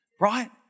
right